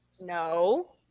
No